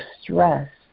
stress